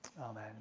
Amen